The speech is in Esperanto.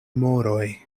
moroj